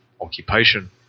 occupation